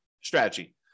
strategy